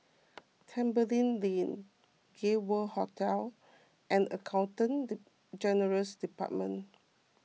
Tembeling Lane Gay World Hotel and Accountant General's Department